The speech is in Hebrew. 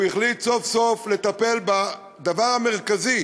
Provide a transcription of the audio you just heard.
הוא החליט סוף-סוף לטפל בדבר המרכזי.